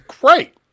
great